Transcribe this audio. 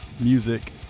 music